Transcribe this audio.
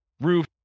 roof